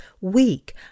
weak